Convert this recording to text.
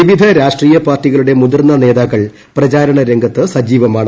വിവിധ രാഷ്ട്രീയ പാർട്ടികളുടെ മുതിർന്ന നേതാക്കൾ പ്രചാരണ രംഗൂത്ത് സജീവമാണ്